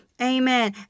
amen